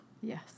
Yes